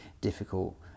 difficult